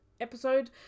episode